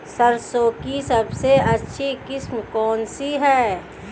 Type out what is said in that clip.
सरसों की सबसे अच्छी किस्म कौन सी है?